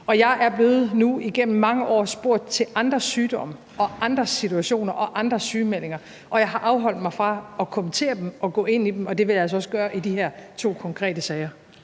mange år blevet spurgt til andres sygdomme og andres situationer og andres sygemeldinger, og jeg har afholdt mig fra at kommentere dem og gå ind i dem, og det vil jeg altså også gøre i de her to konkrete sager.